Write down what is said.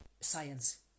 science